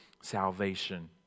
salvation